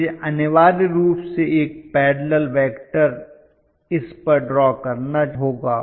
तो मुझे अनिवार्य रूप से एक पैरलेल वेक्टर इस पर ड्रॉ करना होगा